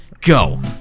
go